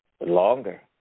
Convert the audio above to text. longer